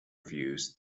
reviews